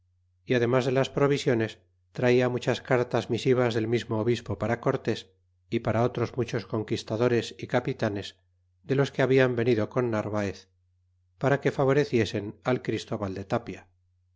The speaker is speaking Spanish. y además de las provisiones traia muchas cartas misiva del mismo obispapara cortés y para otros muchos conquistadores y capitanes de los que hablan venido con narvaez para que favoreciesen al christóbal de tapia